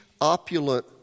opulent